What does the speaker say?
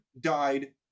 died